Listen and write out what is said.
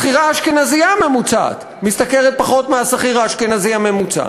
השכירה האשכנזייה הממוצעת משתכרת פחות מהשכיר האשכנזי הממוצע.